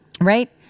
right